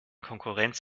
konkurrenz